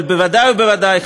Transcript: אבל בוודאי ובוודאי,